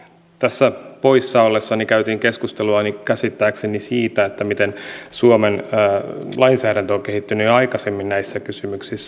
tässä poissa ollessani käytiin keskustelua käsittääkseni ainakin siitä miten suomen lainsäädäntö on kehittynyt jo aikaisemmin näissä kysymyksissä